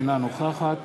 אינה נוכחת